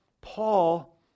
Paul